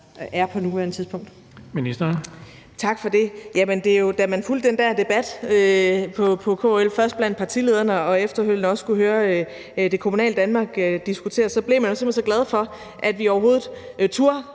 ældreministeren (Astrid Krag): Tak for det. Jamen da man fulgte den der debat på KL-topmødet, først blandt partilederne og efterfølgende også kunne høre det kommunale Danmark diskutere, blev man jo simpelt hen så glad for, at vi overhovedet turde